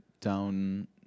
down